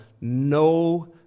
no